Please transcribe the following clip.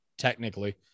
technically